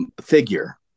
figure